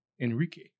Enrique